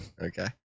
Okay